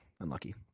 unlucky